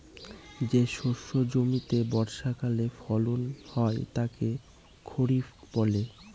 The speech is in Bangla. যে শস্য জমিতে বর্ষাকালে ফলন হয় তাকে খরিফ বলে